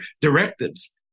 directives